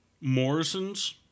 Morrison's